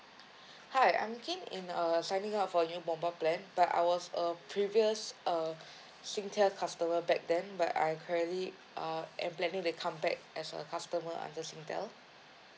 hi I'm keen in err signing up for new mobile plan but I was a previous uh Singtel customer back then but I currently am planning to come back as a customer under Singtel